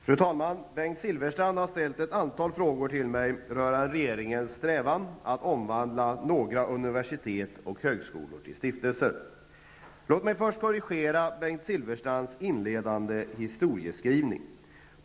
Fru talman! Bengt Silfverstrand har ställt ett antal frågor till mig rörande regeringens strävan att omvandla några universitet och högskolor till stiftelser. Låt mig först korrigera Bengt Silfverstrands inledande historieskrivning.